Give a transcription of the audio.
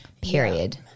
Period